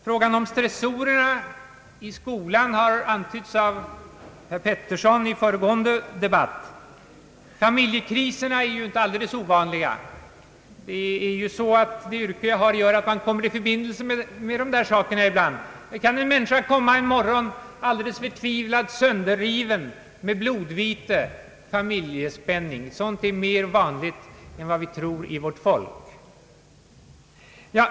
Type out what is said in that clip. Frågan om stressen i skolan har antytts av herr Peterson i föregående debatt. Familjekriserna är inte alldeles ovanliga. Mitt yrke gör att jag ibland kommer i förbindelse med dessa frågor. Det kan komma en människa en morgon, alldeles förtvivlad och sönderriven, med blodvite — det är »familjespänning». Sådant är mera vanligt än vi tror bland vårt folk.